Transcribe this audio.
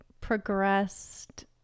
progressed